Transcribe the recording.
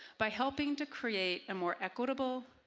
by helping to create a more equitable,